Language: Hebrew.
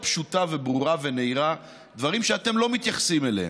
פשוטה וברורה ונהירה דברים שאתם לא מתייחסים אליהם.